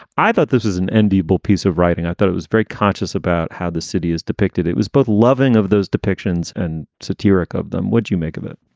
i thought this is an enviable piece of writing. i thought it was very conscious about how the city is depicted. it was both loving of those depictions and satiric of them. what you make of it?